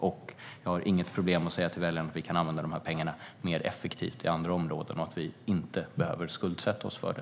Och jag har inget problem med att säga att vi kan använda de här pengarna mer effektivt på andra områden och att vi inte behöver skuldsätta oss för det.